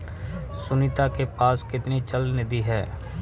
सुनीता के पास कितनी चल निधि है?